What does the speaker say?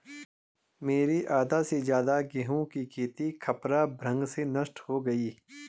मेरी आधा से ज्यादा गेहूं की खेती खपरा भृंग से नष्ट हो गई